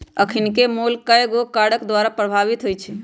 अखनिके मोल कयगो कारक द्वारा प्रभावित होइ छइ